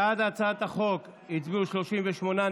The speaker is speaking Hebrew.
בעד הצעת החוק הצביעו 38,